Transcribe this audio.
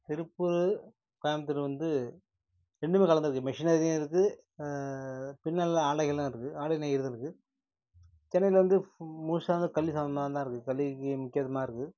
திருப்பூர் கோயமுத்தூர் வந்து ரெண்டுமே கலந்தது மெஷினரியும் இருக்குது பின்னல் ஆடைகளும் இருக்குது ஆடை நெய்கிறதும் இருக்குது சென்னையில் வந்து இப்போ முழுசாக வந்து கல்வி சம்மந்தமாக தான் இருக்குது கல்விக்கு முக்கியத்துவமாக இருக்குது